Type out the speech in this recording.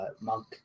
monk